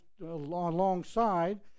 alongside